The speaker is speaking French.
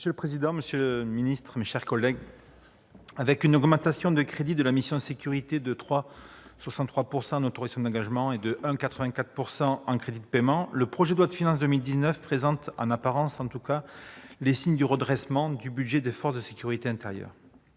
Monsieur le président, monsieur le secrétaire d'État, mes chers collègues, avec une augmentation des crédits de la mission « Sécurités » de 3,63 % en autorisations d'engagement et de 1,84 % en crédits de paiement, le projet de loi de finances pour 2019 présente, tout du moins en apparence, les signes du redressement du budget des forces de sécurité intérieure.